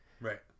Right